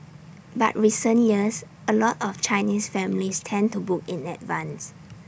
but recent years A lot of Chinese families tend to book in advance